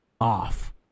off